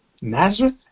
Nazareth